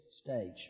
stage